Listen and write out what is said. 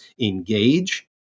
engage